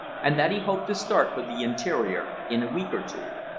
and that he hoped to start for the interior in a week or two.